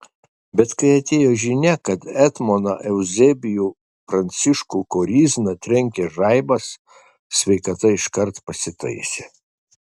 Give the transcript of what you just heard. bet kai atėjo žinia kad etmoną euzebijų pranciškų korizną trenkė žaibas sveikata iškart pasitaisė